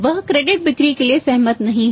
वह क्रेडिट बिक्री के लिए सहमत नहीं है